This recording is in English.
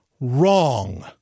wrong